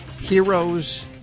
heroes